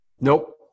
Nope